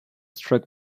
struck